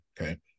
Okay